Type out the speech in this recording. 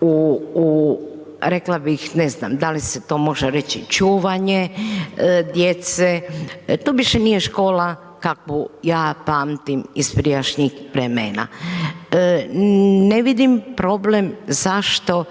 u, rekla bih, ne znam, da li se to može reći čuvanje djece, to više nije škola kakvu ja pamtim iz prijašnjih vremena. Ne vidim problem zašto